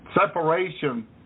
separation